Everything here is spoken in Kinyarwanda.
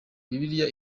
bibiliya